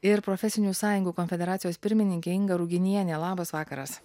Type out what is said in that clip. ir profesinių sąjungų konfederacijos pirmininkė inga ruginienė labas vakaras